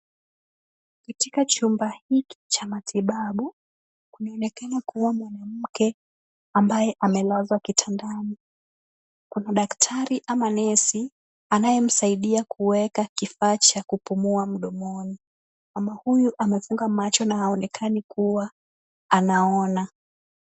Katika chumba hiki cha matibabu, kunaonekana kuwa mwanamke ambaye amelazwa kitandani. Kuna daktari ama nesi, anayemsaidia kuweka kifaa cha kupumua mdomoni. Mama huyu amefunga macho na haonekani kuwa anaona.